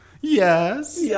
Yes